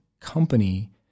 company